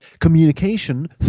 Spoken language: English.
communication